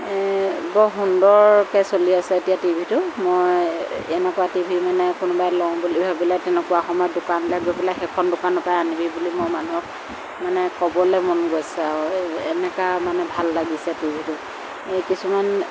বৰ সুন্দৰকৈ চলি আছে এতিয়া টিভিটো মই এনেকুৱা টিভি মানে কোনাবাই লওঁ বুলি ভাবিলে তেনেকুৱা সময়ত দোকানলৈ গৈ পেলাই সেইখন দোকানৰ পৰাই আনিবি বুলি মানুহক মানে ক'বলৈ মন গৈছে আৰু এনেকুৱা মানে ভাল লাগিছে টিভিটো এই কিছুমান